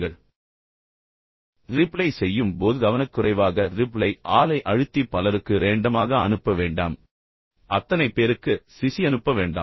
அதே சமயம் ரிப்ளை செய்யும் போது கவனக்குறைவாக ரிப்ளை ஆலை அழுத்தி பலருக்கு ரேண்டமாக அனுப்ப வேண்டாம் அத்தனை பேருக்கு சிசி அனுப்ப வேண்டாம்